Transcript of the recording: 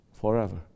forever